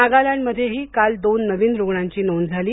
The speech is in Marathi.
नागालँडमध्येही काल दोन नवीन रुग्णांची नोंद झाली